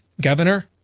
governor